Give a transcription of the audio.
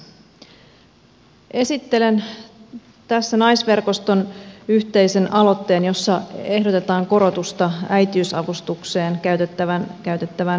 esittelen tässä naisverkoston yhteisen aloitteen jossa ehdotetaan korotusta äitiysavustukseen käytettävään määrärahaan